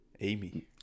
Amy